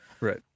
Right